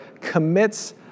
commits